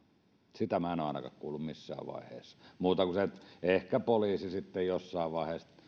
sitä ainakaan minä en ole kuullut missään vaiheessa muuta kuin sen että ehkä poliisi sitten jossain vaiheessa